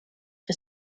for